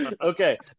Okay